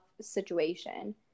situation